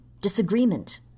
disagreement